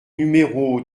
numéro